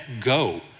go